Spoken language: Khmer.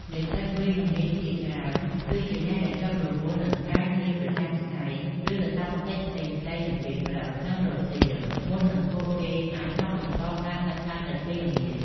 និស្សិតវេនល្ងាចភាគច្រើនគឺជាអ្នកដែលជាប់រវល់នឹងការងារប្រចាំថ្ងៃ ឬកាតព្វកិច្ចផ្សេងៗនៅពេលព្រឹក និងរសៀល មុននឹងពួកគេអាចមកបន្តការសិក្សានៅពេលល្ងាច។